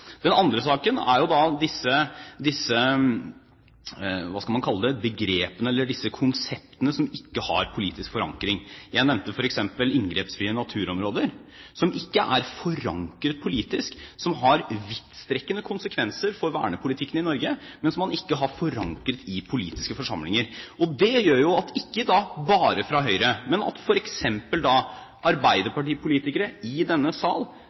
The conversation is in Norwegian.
Den andre saken er disse – hva skal man kalle det – begrepene, eller disse konseptene, som ikke har politisk forankring. Jeg nevnte f.eks. inngrepsfrie naturområder, som ikke er forankret politisk, og som har vidtrekkende konsekvenser for vernepolitikken i Norge – men som man altså ikke har forankret i politiske forsamlinger. Det gjør at ikke bare Høyre, men f.eks. arbeiderpartipolitikere i denne sal